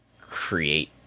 create